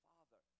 Father